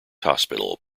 hospital